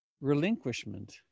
relinquishment